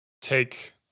take